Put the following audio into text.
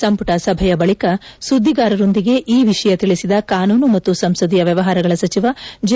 ಸಂಪುಟ ಸಭೆಯ ಬಳಿಕ ಸುದ್ದಿಗಾರರಿಗೆ ಈ ವಿಷಯ ತಿಳಿಸಿದ ಕಾನೂನು ಮತ್ತು ಸಂಸದೀಯ ವ್ಯವಹಾರಗಳ ಸಚಿವ ಜೆ